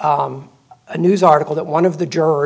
a news article that one of the jurors